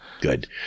good